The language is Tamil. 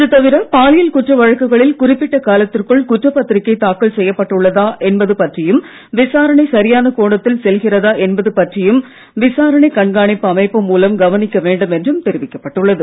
இது தவிர பாலியல் குற்ற வழக்குகளில் குறிப்பிட்ட காலத்திற்குள் குற்றப்பத்திரிக்கை தாக்கல் செய்யப்பட்டுள்ளதா என்பது பற்றியும் விசாரணை சரியான கோணத்தில் செல்கிறதா என்பது பற்றியும் விசாரணை கண்காணிப்பு அமைப்பு மூலம் கவனிக்க வேண்டும் என்றும் தெரிவிக்கப்பட்டுள்ளது